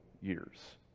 years